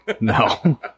No